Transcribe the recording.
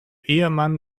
ehemann